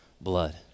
blood